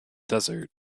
desert